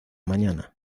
mañana